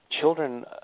children